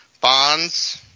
bonds